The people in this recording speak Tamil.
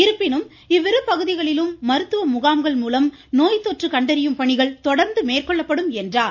இருப்பினும் இவ்விரு பகுதிகளிலும் மருத்துவ முகாம்கள் மூலம் நோய் தொற்று கண்டறியும் பணிகள் தொடர்ந்து மேற்கொள்ளப்படும் என்றார்